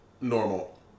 Normal